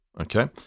Okay